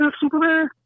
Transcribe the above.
Superman